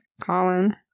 Colin